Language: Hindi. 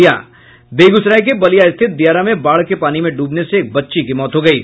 बेगूसराय के बलिया स्थित दियारा में बाढ़ के पानी में ड्रबने से एक बच्ची की मौत हो गयी